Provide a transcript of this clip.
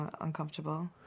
uncomfortable